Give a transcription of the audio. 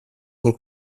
col